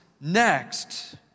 next